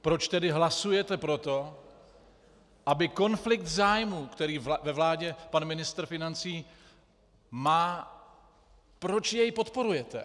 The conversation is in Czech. Proč tedy hlasujete pro to, aby konflikt zájmů, který ve vládě pan ministr financí má, proč jej podporujete?